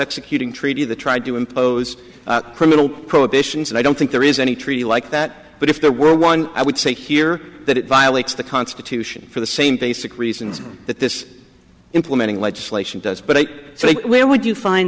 executing treaty the tried to impose criminal prohibitions and i don't think there is any treaty like that but if there were one i would say here that it violates the constitution for the same basic reasons that this implementing legislation does but i think where would you find